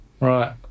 Right